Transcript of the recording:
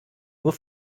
nur